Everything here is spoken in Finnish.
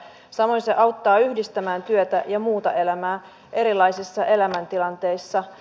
samoin se auttaa yhdistämään työtä ja muuta elämää erilaisissa elämäntilanteissa